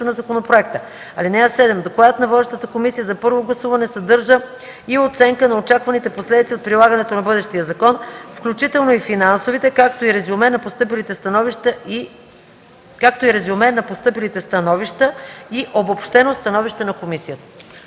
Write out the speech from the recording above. на законопроекта. (8) Докладът на водещата комисия за първо гласуване съдържа и оценка на очакваните последици от прилагането на бъдещия закон, включително и финансовите, както и резюме на постъпилите становища и обобщено становище на комисията.”